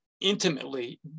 intimately